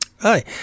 Hi